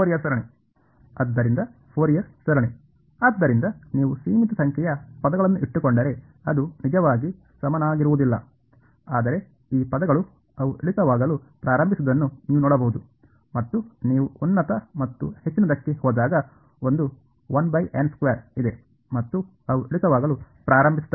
ಆದ್ದರಿಂದ ಫೋರಿಯರ್ ಸರಣಿ ಆದ್ದರಿಂದ ನೀವು ಸೀಮಿತ ಸಂಖ್ಯೆಯ ಪದಗಳನ್ನು ಇಟ್ಟುಕೊಂಡರೆ ಅದು ನಿಜವಾಗಿ ಸಮನಾಗಿರುವುದಿಲ್ಲ ಆದರೆ ಈ ಪದಗಳು ಅವು ಇಳಿತವಾಗಲು ಪ್ರಾರಂಭಿಸುವುದನ್ನು ನೀವು ನೋಡಬಹುದು ಮತ್ತು ನೀವು ಉನ್ನತ ಮತ್ತು ಹೆಚ್ಚಿನದಕ್ಕೆ ಹೋದಾಗ ಒಂದು ಇದೆ ಮತ್ತು ಅವು ಇಳಿತವಾಗಲು ಪ್ರಾರಂಭಿಸುತ್ತವೆ